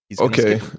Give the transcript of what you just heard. Okay